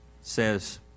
says